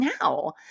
now